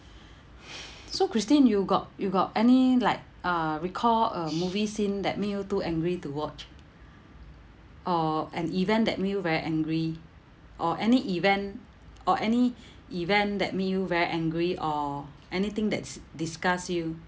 so christine you got you got any like uh recall a movie scene that make you too angry to watch or an event that made you very angry or any event or any event that made you very angry or anything that's disgust you